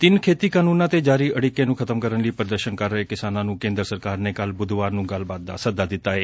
ਤਿੰਨ ਖੇਤੀ ਕਾਨੂੰਨਾਂ ਤੇ ਜਾਰੀ ਅੜਿੱਕੇ ਨੂੰ ਖ਼ਤਮ ਕਰਨ ਲਈ ਪ੍ਰਦਰਸ਼ਨ ਕਰ ਰਹੇ ਕਿਸਾਨਾਂ ਨੂੰ ਕੇਂਦਰ ਸਰਕਾਰ ਨੇ ਕੱਲ੍ਪ ਬੁੱਧਵਾਰ ਨੂੰ ਗੱਲਬਾਤ ਦਾ ਸੱਦਾ ਦਿੱਤਾ ਏ